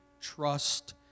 trust